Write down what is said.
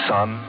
Sun